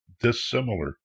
dissimilar